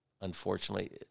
Unfortunately